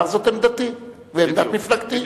הוא אמר: זאת עמדתי ועמדת מפלגתי,